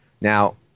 Now